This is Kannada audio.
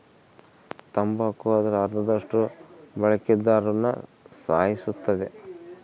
ತಂಬಾಕು ಅದರ ಅರ್ಧದಷ್ಟು ಬಳಕೆದಾರ್ರುನ ಸಾಯಿಸುತ್ತದೆ